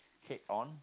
head on